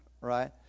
right